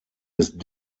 ist